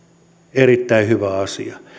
erittäin hyvä asia